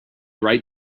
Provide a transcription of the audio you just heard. right